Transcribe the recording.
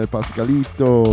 Pascalito